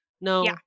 No